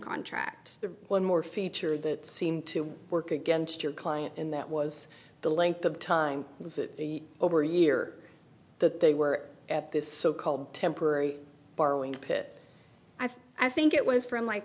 contract the one more feature that seemed to work against your client in that was the length of time was it the over year that they were at this so called temporary borrowing pit i've i think it was from like